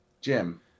Jim